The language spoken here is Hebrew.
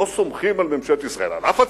לא סומכים על ממשלת ישראל, על אף הצעדים,